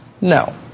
No